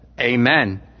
Amen